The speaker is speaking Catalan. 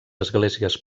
esglésies